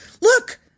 look